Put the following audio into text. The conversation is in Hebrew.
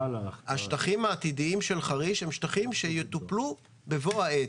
השטחים העתידיים של חריש יטופלו בבוא העת.